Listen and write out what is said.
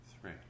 three